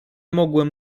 mogłem